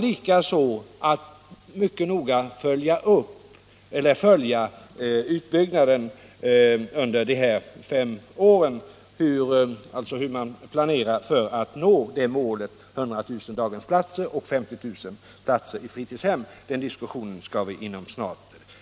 Vi kommer även mycket noga att följa hur man planerar för att uppnå målet 100 000 daghemsplatser och 50 000 fritidshemsplatser. Den här diskussionen med representanterna